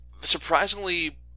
surprisingly